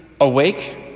awake